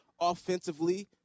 offensively